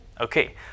okay